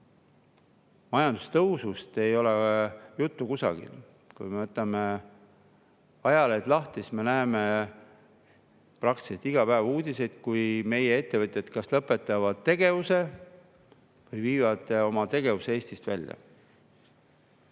Majandustõusust ei ole juttu kusagil. Kui me võtame ajalehed lahti, siis me näeme peaaegu iga päev uudiseid selle kohta, kuidas meie ettevõtjad kas lõpetavad tegevuse või viivad oma tegevuse Eestist välja.